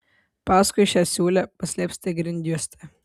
paskui šią siūlę paslėpsite grindjuoste